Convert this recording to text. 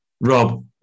Rob